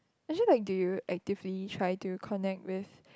actually like do you actively try to connect with